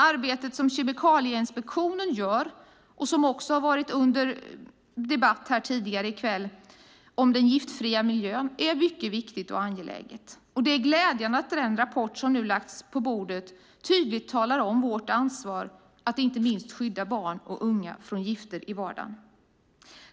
Arbetet som Kemikalieinspektionen gör om den giftfria miljön är mycket viktigt och angeläget. Det glädjande att den rapport som nu lagts på bordet tydligt talar om vårt ansvar att inte minst skydda barn och unga från gifter i vardagen.